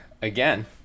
Again